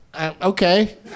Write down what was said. okay